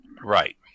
Right